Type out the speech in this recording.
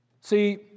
See